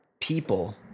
People